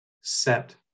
set